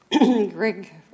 Greg